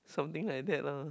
something like that lah